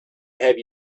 have